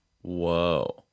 Whoa